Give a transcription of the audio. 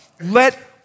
Let